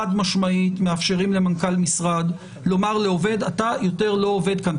חד משמעית מאפשרים למנכ"ל משרד לומר לעובד שאתה יותר לא עובד כאן,